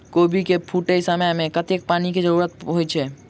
कोबी केँ फूटे समय मे कतेक पानि केँ जरूरत होइ छै?